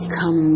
Come